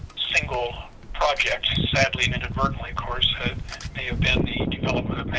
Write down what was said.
single project handling course, development,